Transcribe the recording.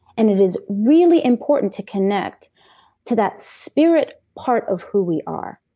and it is really important to connect to that spirit part of who we are.